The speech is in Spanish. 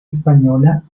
española